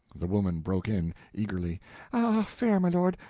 the woman broke in, eagerly ah, fair my lord,